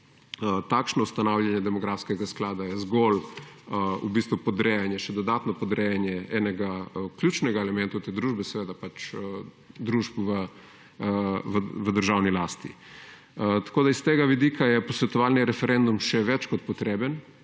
takšno ustanavljanje demografskega sklada je zgolj podrejanje, še dodatno podrejanje enega ključnih elementov te družbe, pač družb v državni lasti. Tako je s tega vidika posvetovalni referendum še več kot potreben.